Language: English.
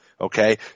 Okay